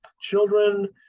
children